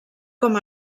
com